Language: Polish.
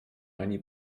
ani